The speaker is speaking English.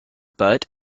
but